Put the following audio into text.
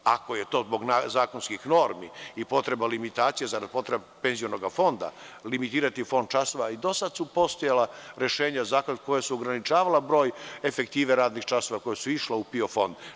Ako je zbog zakonskih normi i potreba limitacije, zarad potrebe Penzionog fonda, limitirati fond časova i dosad su postojala rešenja koja su ograničavala broj efektive radnih časova koja su išla u PIO fond.